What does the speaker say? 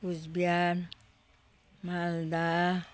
Cooch Behar Malda